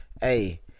hey